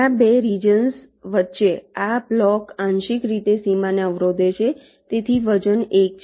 આ 2 રિજન્સ વચ્ચે આ બ્લોક આંશિક રીતે સીમાને અવરોધે છે તેથી વજન 1 છે